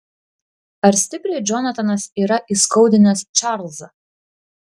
ar stipriai džonatanas yra įskaudinęs čarlzą